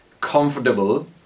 comfortable